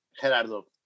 Gerardo